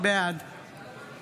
בעד